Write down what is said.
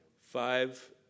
Five